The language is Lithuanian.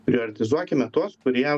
prioritizuokime tuos kurie